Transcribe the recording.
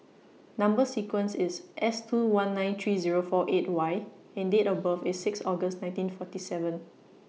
Number sequence IS S two one nine three Zero four eight Y and Date of birth IS six August nineteen forty seven